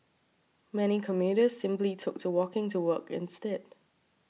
many commuters simply took to walking to work instead